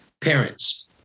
parents